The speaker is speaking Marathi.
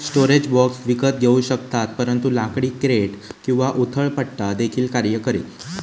स्टोरेज बॉक्स विकत घेऊ शकतात परंतु लाकडी क्रेट किंवा उथळ पुठ्ठा देखील कार्य करेल